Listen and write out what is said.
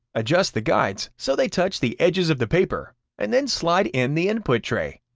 adjust the guides so they touch the edges of the paper, and then slide in the input tray.